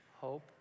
hope